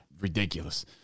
ridiculous